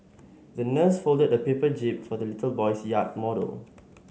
the nurse folded a paper jib for the little boy's yacht model